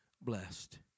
blessed